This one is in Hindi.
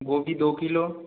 गोभी दो किलो